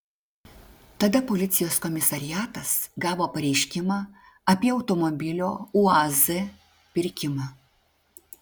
tada policijos komisariatas gavo pareiškimą apie automobilio uaz pirkimą